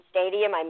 Stadium